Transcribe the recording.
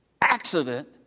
accident